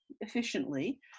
efficiently